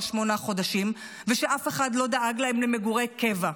שמונה חודשים ושאף אחד לא דאג להם למגורי קבע,